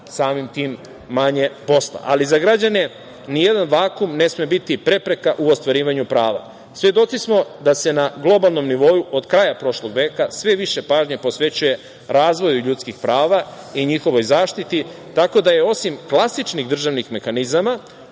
samim tim manje posla. Ali, za građane ni jedan vakuum ne sme biti prepreka u ostvarivanju prava. Svedoci smo da se na globalnom nivou od kraja prošlog veka sve više pažnje posvećuje razvoju ljudskih prava i njihovoj zaštiti, tako da je osim klasičnih državnih mehanizama,